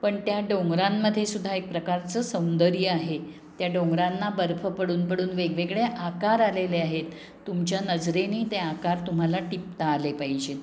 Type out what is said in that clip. पण त्या डोंगरांमध्ये सुद्धा एक प्रकारचं सौंदर्य आहे त्या डोंगरांना बर्फ पडून पडून वेगवेगळे आकार आलेले आहेत तुमच्या नजरेने ते आकार तुम्हाला टिपता आले पाइजेत